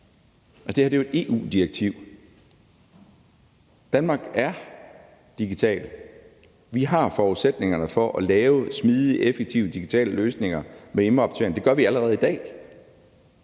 Det her er jo et EU-direktiv. Danmark er digitalt. Vi har forudsætningerne for at lave smidige, effektive digitale løsninger for indrapportering. Det gør vi allerede i dag.